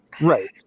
Right